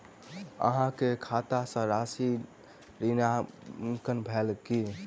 अहाँ के खाता सॅ राशि ऋणांकन भेल की?